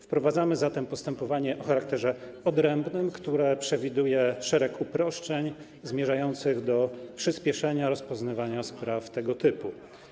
Wprowadzamy zatem postępowanie o charakterze odrębnym, które przewiduje szereg uproszczeń zmierzających do przyspieszenia rozpoznawania spraw tego typu.